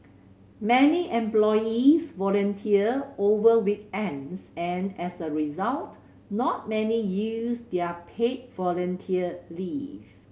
many employees volunteer over weekends and as a result not many use their paid volunteer leave